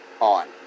on